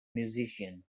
musician